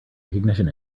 recognition